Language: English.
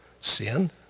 Sin